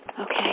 Okay